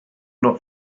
not